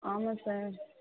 ஆமாம் சார்